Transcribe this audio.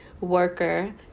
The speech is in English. worker